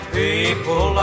people